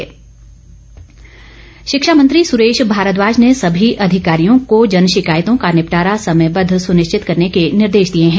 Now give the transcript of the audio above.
बैठक शिक्षा मंत्री सुरेश भारद्वाज ने सभी अधिकारियों को जन शिकायतों का निपटारा समयबद्ध सुनिश्चित करने के निर्देश दिए हैं